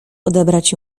odebrać